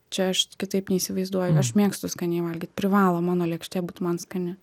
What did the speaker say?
čia aš kitaip neįsivaizduoju aš mėgstu skaniai valgyt privalo mano lėkštė būt man skani